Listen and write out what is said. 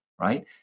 right